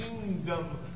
kingdom